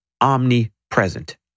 omnipresent